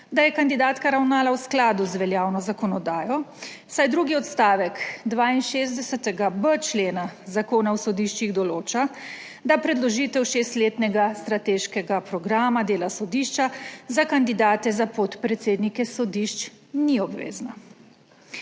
da je kandidatka ravnala v skladu z veljavno zakonodajo, saj drugi odstavek 62.b člena Zakona o sodiščih določa, da predložitev šestletnega strateškega programa dela sodišča za kandidate za podpredsednike sodišč ni obvezna.